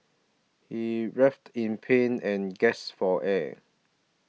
he writhed in pain and gasped for air